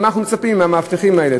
מה אנחנו מצפים מהמאבטחים האלה?